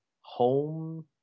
home